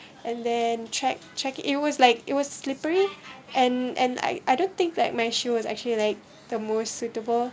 and then check check it was like it was slippery and and I I don't think that my shoe was actually like the more suitable